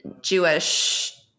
Jewish